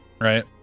right